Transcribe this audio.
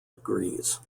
degrees